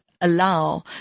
allow